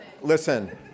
Listen